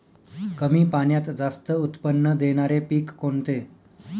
कमी पाण्यात जास्त उत्त्पन्न देणारे पीक कोणते?